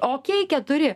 okei keturi